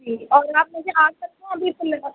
جی اور آپ مجھے آ سکتے ہیں ابھی سے لے کر